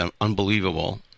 unbelievable